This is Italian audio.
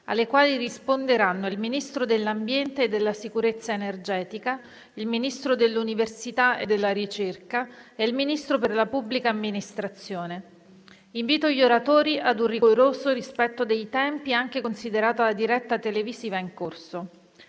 alle quali risponderanno il Ministro dell'ambiente e della sicurezza energetica, il Ministro dell'università e della ricerca e il Ministro per la pubblica amministrazione. Invito gli oratori ad un rigoroso rispetto dei tempi, anche considerata la diretta televisiva in corso.